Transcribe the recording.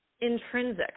intrinsic